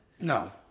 No